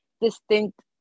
distinct